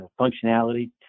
functionality